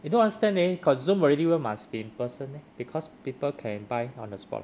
eh don't understand leh got Zoom already why must be in person leh because people can buy on the spot